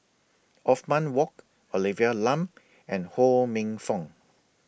Othman Wok Olivia Lum and Ho Minfong